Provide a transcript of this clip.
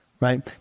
Right